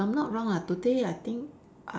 if I'm not wrong ah today I think